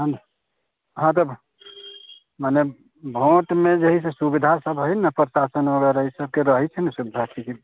हम अहाँके मने वोटमे जइसे सुविधा सभ हइ ने प्रशासन वगैरहके ई सबके रहै छै ने सुविधा की